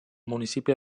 municipi